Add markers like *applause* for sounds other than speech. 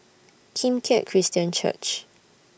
*noise* Kim Keat Christian Church